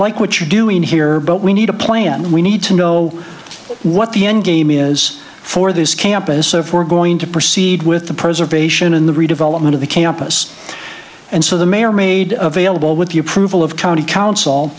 like what you're doing here but we need a plan and we need to know what the end game is for this campus if we're going to proceed with the preservation in the redevelopment of the campus and so the mayor made available with the approval of county coun